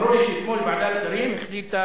אמרו לי שאתמול ועדת שרים החליטה,